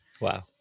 Wow